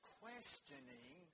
questioning